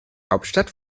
hauptstadt